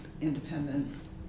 independence